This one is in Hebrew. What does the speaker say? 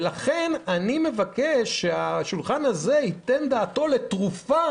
לכן אני מבקש שהשולחן הזה ייתן דעתו לתרופה